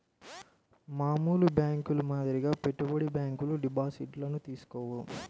మామూలు బ్యేంకుల మాదిరిగా పెట్టుబడి బ్యాంకులు డిపాజిట్లను తీసుకోవు